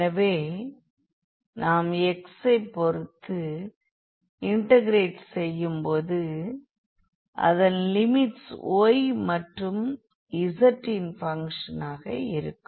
எனவே நாம் x ஐ பொறுத்து இன்டெகிரெட் செய்யும் போது அதன் லிமிட்ஸ் y மற்றும் z இன் பங்க்ஷனாக இருக்கும்